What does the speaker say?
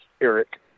Eric